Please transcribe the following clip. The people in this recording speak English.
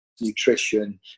nutrition